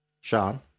Sean